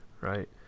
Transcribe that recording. right